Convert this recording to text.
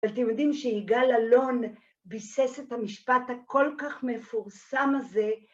אתם יודעים שיגאל אלון ביסס את המשפט הכל כך מפורסם הזה.